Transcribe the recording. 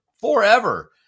forever